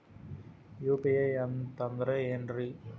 UPI ಅಂತಂದ್ರೆ ಏನ್ರೀ?